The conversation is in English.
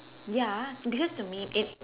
ya because to me it